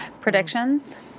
Predictions